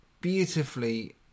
beautifully